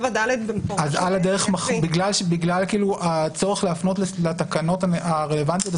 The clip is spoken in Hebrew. בגלל הצורך להפנות לתקנות הרלוונטיות,